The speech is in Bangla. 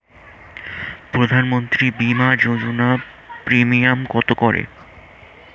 প্রধানমন্ত্রী বিমা যোজনা প্রিমিয়াম কত করে?